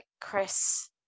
chris